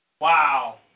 Wow